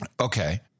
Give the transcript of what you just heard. Okay